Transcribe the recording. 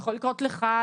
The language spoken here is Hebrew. יכול לקרות לך,